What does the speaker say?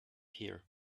here